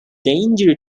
danger